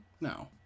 No